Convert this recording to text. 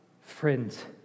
friends